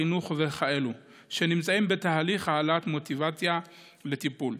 חינוך וכאלה שנמצאים בתהליך העלאת מוטיבציה לטיפול,